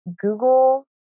Google